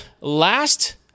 last